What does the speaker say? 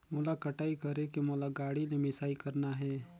मोला कटाई करेके मोला गाड़ी ले मिसाई करना हे?